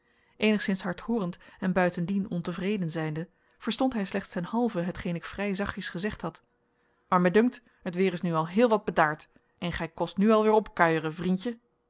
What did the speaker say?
eenigszins hardhoorend en buitendien ontevreden zijnde verstond hij slechts ten halve hetgeen ik vrij zachtjes gezegd had maar mij dunkt het weer is nu al heel wat bedaard en gij kost nu wel weer opkuieren vriendje